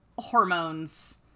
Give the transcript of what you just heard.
Hormones